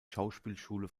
schauspielschule